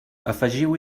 afegiu